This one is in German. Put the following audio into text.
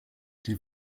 die